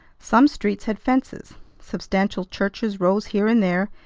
some streets had fences. substantial churches rose here and there,